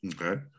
Okay